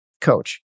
coach